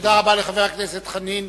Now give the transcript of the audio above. תודה רבה לחבר הכנסת חנין.